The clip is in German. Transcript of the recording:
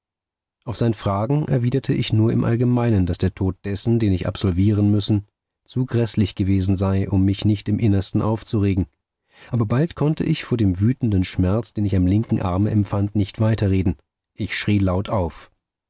auf sein fragen erwiderte ich nur im allgemeinen daß der tod dessen den ich absolvieren müssen zu gräßlich gewesen sei um mich nicht im innersten aufzuregen aber bald konnte ich vor dem wütenden schmerz den ich am linken arme empfand nicht weiterreden ich schrie laut auf